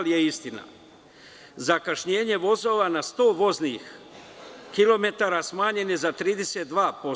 Zakašnjenje vozova na 100 voznih kilometara smanjeno je za 32%